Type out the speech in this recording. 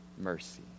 mercy